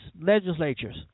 legislatures